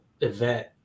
event